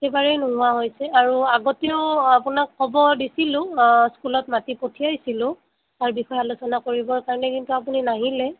একেবাৰেই নোহোৱা হৈছে আৰু আগতেও আপোনাক ক'ব দিছিলোঁ স্কুলত মাতি পঠিয়াইছিলোঁ তাৰ বিষয়ে আলোচনা কৰিবৰ কাৰণে কিন্তু আপুনি নাহিলে